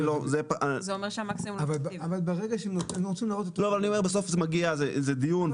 בסוף זה דיון,